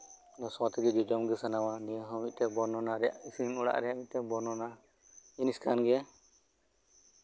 ᱥᱚ ᱛᱮᱜᱮ ᱡᱚᱡᱚᱢ ᱜᱮ ᱥᱟᱱᱟᱣᱟ ᱱᱤᱭᱟᱹ ᱦᱚᱸ ᱢᱤᱫᱴᱮᱱ ᱵᱚᱨᱱᱚᱱᱟ ᱨᱮᱭᱟᱜ ᱤᱥᱤᱱ ᱚᱲᱟᱜ ᱨᱮᱭᱟᱜ ᱢᱤᱫᱴᱮᱱ ᱵᱚᱨᱱᱟ ᱡᱤᱱᱤᱥ ᱠᱟᱱ ᱜᱮᱭᱟ